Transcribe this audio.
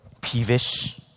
peevish